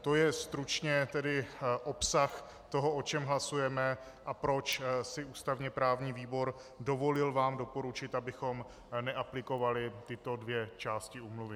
To je stručně obsah toho, o čem hlasujeme a proč si ústavněprávní výbor dovolil vám doporučit, abychom neaplikovali tyto dvě části úmluvy.